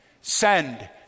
Send